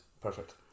perfect